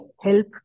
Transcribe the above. help